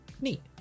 neat